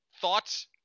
Thoughts